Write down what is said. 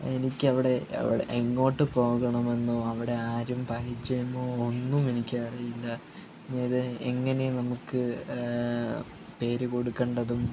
എനിക്കവിടെ അവ എങ്ങോട്ട് പോകണമെന്നോ അവിടെ ആരും പരിചയമോ ഒന്നും എനിക്കറിയില്ല ഇത് എങ്ങനെ നമുക്ക് പേര് കൊടുക്കേണ്ടതും